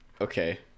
okay